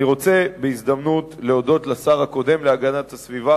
אני רוצה בהזדמנות זו להודות לשר הקודם להגנת הסביבה,